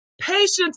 Patience